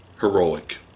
heroic